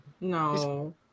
no